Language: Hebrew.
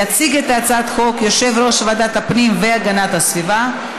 יציג את הצעת החוק יושב-ראש ועדת הפנים והגנת הסביבה,